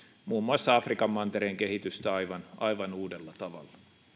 muun muassa afrikan mantereen kehitystä aivan aivan uudella tavalla